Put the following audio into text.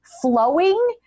flowing